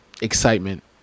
excitement